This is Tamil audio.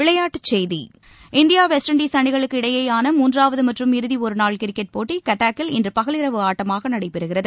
கிரிக்கெட் இந்தியா வெஸ்ட் இண்டீஸ் அணிகளுக்கு இடையேயான மூன்றாவது மற்றும் இறுதி ஒருநாள் கிரிக்கெட் போட்டி கட்டாக்கில் இன்று பகல் இரவு அட்டமாக நடைபெறுகிறது